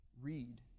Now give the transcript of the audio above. read